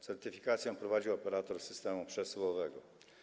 Certyfikację prowadził operator systemu przesyłowego.